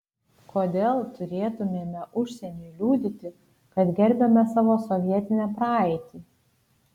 kodėl turėtumėme užsieniui liudyti kad gerbiame savo sovietinę praeitį